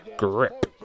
grip